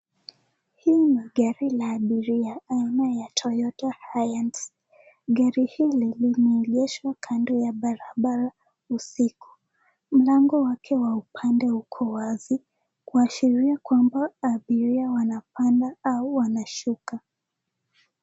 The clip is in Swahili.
Hii ni gari la abiria aina ya toyota hiace gari hili limeegeshwa kando ya barabara usiku, mlango wake wa upande uko wazi kuashiria kwamba abiria wanapanda au wanashuka.